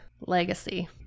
legacy